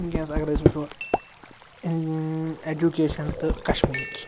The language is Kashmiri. وٕنۍکٮ۪نَس اگر أسۍ وٕچھو اٮ۪جوکیشَن تہٕ کَشمیٖر